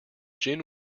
gin